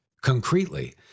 Concretely